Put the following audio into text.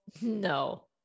No